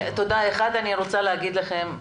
אני רוצה להגיד לכם,